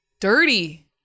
dirty